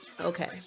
okay